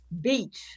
Beach